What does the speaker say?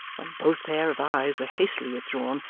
when both pair of eyes were hastily withdrawn,